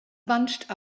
bunched